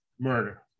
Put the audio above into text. murder